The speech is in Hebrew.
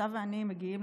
אתה ואני מגיעים,